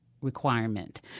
requirement